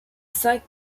cinq